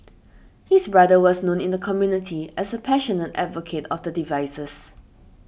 his brother was known in the community as a passionate advocate of the devices